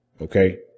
Okay